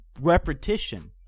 repetition